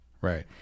Right